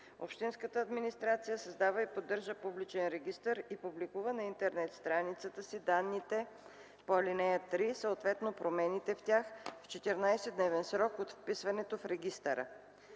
Общинската администрация създава и поддържа публичен регистър и публикува на интернет страницата си данните по ал. 3, съответно промените в тях, в 14-дневен срок от вписването в регистъра.”